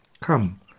come